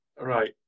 Right